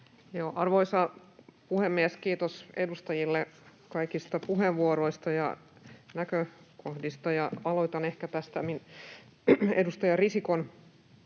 Arvoisa puhemies! Kiitos edustajille kaikista puheenvuoroista ja näkökohdista. Aloitan ehkä tästä edustaja Risikon